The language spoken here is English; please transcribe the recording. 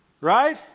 Right